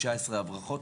19 הברחות,